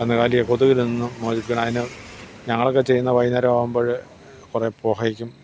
കന്നുകാലിയെ കൊതുകിൽ നിന്നും മോചിപ്പിക്കണം അതിന് ഞങ്ങളൊക്കെ ചെയ്യുന്നത് വൈകുന്നേരം ആകുമ്പോൾ കുറെ പുകയ്ക്കും